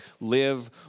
live